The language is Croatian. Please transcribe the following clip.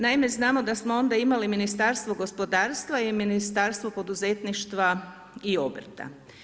Naime, znamo da smo onda imali Ministarstvo gospodarstva i Ministarstvo poduzetništva i obrta.